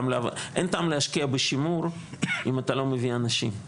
אין טעם להשקיע בשימור אם אתה לא מביא אנשים.